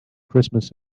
christmas